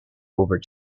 over